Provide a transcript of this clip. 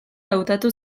hautatu